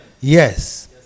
Yes